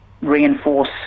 reinforce